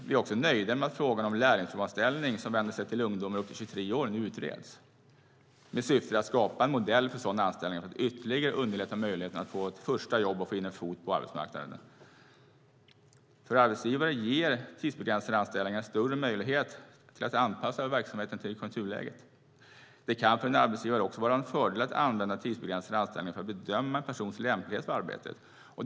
Vi är också nöjda med att frågan om lärlingsprovanställning som vänder sig till ungdomar upp till 23 år utreds, med syftet att skapa en modell för sådana anställningar för att ytterligare underlätta möjligheten att få ett första jobb och få in en fot på arbetsmarknaden. För arbetsgivare ger tidsbegränsade anställningar en större möjlighet att anpassa verksamheten till konjunkturläget. Det kan för en arbetsgivare också vara en fördel att använda tidsbegränsade anställningar för att bedöma en persons lämplighet för arbetet.